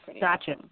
Gotcha